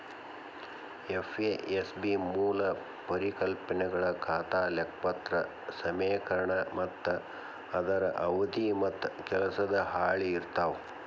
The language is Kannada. ಎಫ್.ಎ.ಎಸ್.ಬಿ ಮೂಲ ಪರಿಕಲ್ಪನೆಗಳ ಖಾತಾ ಲೆಕ್ಪತ್ರ ಸಮೇಕರಣ ಮತ್ತ ಅದರ ಅವಧಿ ಮತ್ತ ಕೆಲಸದ ಹಾಳಿ ಇರ್ತಾವ